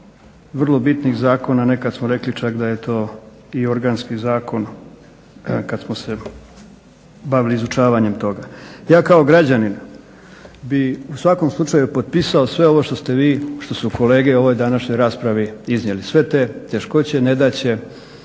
vrlo bitnih zakona, nekad smo rekli čak da je to i organski zakon kada smo se bavili izučavanjem toga. Ja kao građanin bi u svakom slučaju potpisao sve ovo što ste vi što su kolege u ovoj današnjoj raspravi iznijeli, sve te teškoće, nedaće.